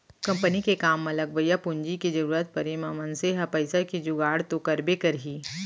company के काम म लगवइया पूंजी के जरूरत परे म मनसे ह पइसा के जुगाड़ तो करबे करही